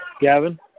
Gavin